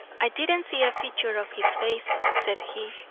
i didn't see a feature of his face, said he,